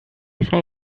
say